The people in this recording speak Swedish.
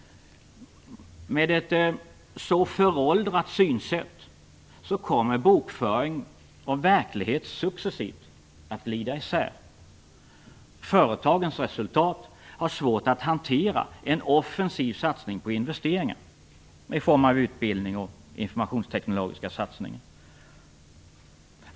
Med ett så föråldrat synsätt kommer bokföring och verklighet successivt att glida isär. Företagen har i sina resultat svårt att hantera en offensiv satsning på investeringar i form av utbildning och informationsteknologiska satsningar.